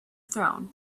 throne